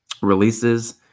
releases